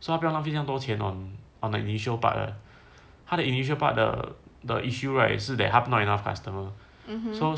so 他不用浪费这样多钱 on on the initial part right 他的 initial part the the issue right 是 that 他 not enough customer so